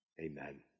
Amen